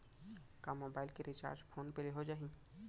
का मोबाइल के recharge phone पे ले हो जाही?